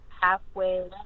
Halfway